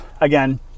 again